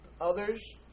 others